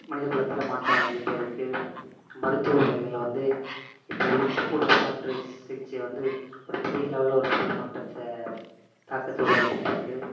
மனிதக்குலத்தில் மாற்றம் அடைஞ்சிட்டே இருக்கு மருத்துவமனைகளில் வந்து இப்போ உறுப்பு மாற்று சிகிச்சை வந்து ஒரு பெரிய லெவலில் ஒரு பெரிய மாற்றத்தை தாக்கத்தை உருவாக்கிட்டு இருக்கு